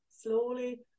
slowly